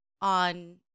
on